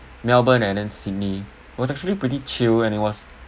melbourne and then sydney it was actually pretty chill and it was